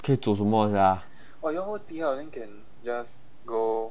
可以走什么 sia